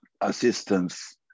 assistance